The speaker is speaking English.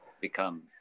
become